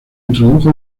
introdujo